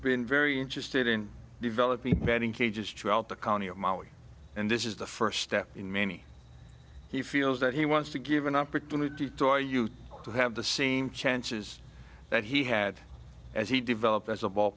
been very interested in developing betting cages to out the county of mali and this is the first step in many he feels that he wants to give an opportunity to our youth to have the same chances that he had as he developed as a ball